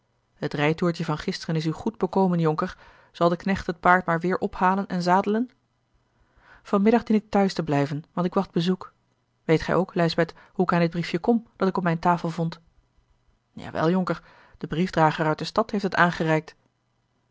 het rijtoertje van gisteren is u goed bekomen jonker zal de knecht het paard maar weêr ophalen en zadelen van middag dien ik thuis te blijven want ik wacht bezoek weet gij ook lijsbeth hoe ik aan dit briefje kom dat ik op mijne tafel vond jawel jonker de briefdrager uit de stad heeft het aangereikt